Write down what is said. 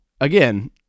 Again